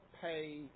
pay